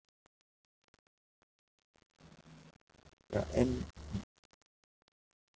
ya and